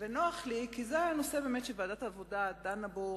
ונוח לי כי זה נושא שוועדת העבודה באמת דנה בו